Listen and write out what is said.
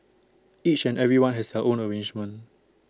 each and everyone has their own arrangement